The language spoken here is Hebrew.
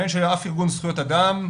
מעניין שלאף ארגון זכויות אדם,